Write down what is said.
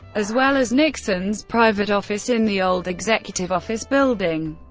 as well as nixon's private office in the old executive office building.